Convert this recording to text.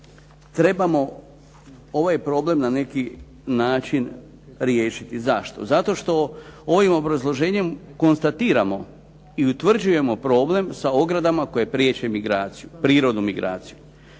trebamo ovaj problem na neki način riješiti. Zašto? Zato što ovim obrazloženjem konstatiramo i utvrđujemo problem sa ogradama koje priječe prirodnu migraciju.